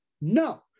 no